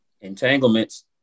Entanglements